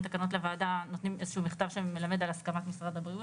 תקנות לוועדה נותנים איזשהו מכתב שמלמד על הסכמת משרד הבריאות,